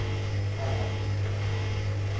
ᱵᱟᱰᱟᱭᱟ